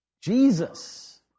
Jesus